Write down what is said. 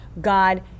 God